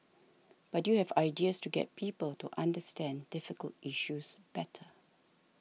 but you have ideas to get people to understand difficult issues better